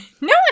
No